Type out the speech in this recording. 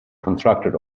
constructed